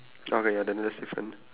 okay ya then that is different